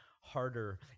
harder